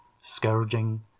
scourging